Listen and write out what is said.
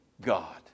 God